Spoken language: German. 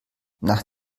nach